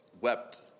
wept